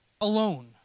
alone